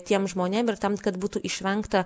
tiem žmonėm ir tam kad būtų išvengta